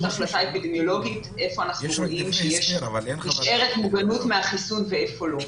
החלטה אפידמיולוגית היכן אנחנו רואים שנשארת מוגנות מהחיסון והיכן לא.